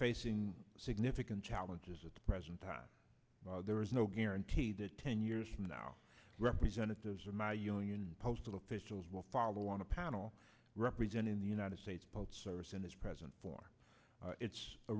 facing significant challenges at the present time there is no guarantee that ten years from now representatives or my union postal officials will follow on a panel representing the united states postal service in its present form it's a